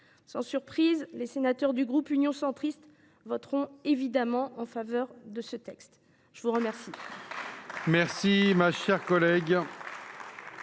Sans surprise, les sénateurs du groupe Union Centriste voteront évidemment en faveur de ce texte. La parole